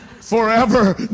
Forever